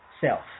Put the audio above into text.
self